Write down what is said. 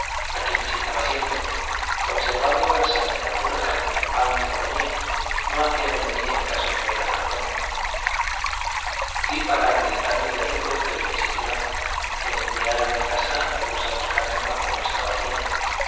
a quien visitaba siempre conservando la sangre a pura carne y pan que le comía no hacían de mí el caso que era razón di para acreditarme de rico que lo disimulaba en enviar a mi casa amigos a buscarme cuando no estaba en ella